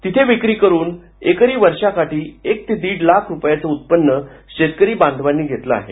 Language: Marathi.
तिथे विक्री करून एकरी वर्षाकाठी एक ते दीड लाख रुपयाचं उत्पन्न शेतकरी बांधवांनी घेतलं आहे